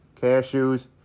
cashews